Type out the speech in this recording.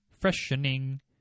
freshening